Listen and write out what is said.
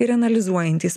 ir analizuojantys